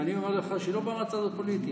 ואני אומר לך שהיא לא באה מהצד הפוליטי.